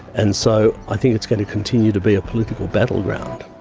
and so i think that's going to continue to be a political battleground.